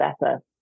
better